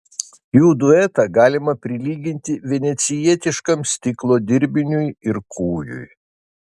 jų duetą galima prilyginti venecijietiškam stiklo dirbiniui ir kūjui